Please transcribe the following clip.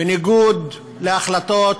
בניגוד להחלטות